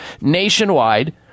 nationwide